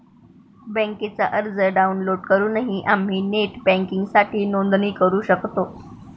बँकेचा अर्ज डाउनलोड करूनही आम्ही नेट बँकिंगसाठी नोंदणी करू शकतो